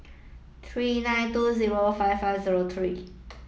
three nine two zero five five zero three